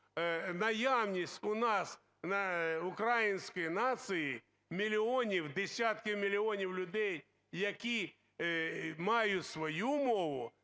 наявність у нас української нації мільйонів, десятки мільйонів людей, які мають свою мову